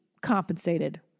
compensated